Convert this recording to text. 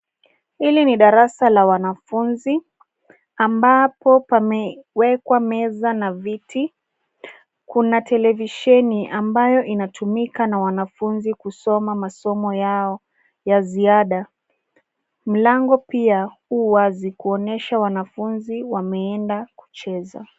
Hili ni darasa la wanafunzi ambapo pamewekwa meza na viti. Kuna televisheni ambayo inatumika na wanafunzi kusoma masomo yao ya ziada. Mlango pia hu wazi kuonyesha wanafunzi wameenda kucheza.